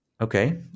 Okay